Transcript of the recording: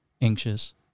anxious